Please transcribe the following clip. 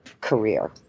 career